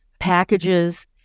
packages